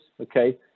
okay